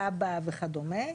כב"ה וכדומה.